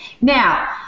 Now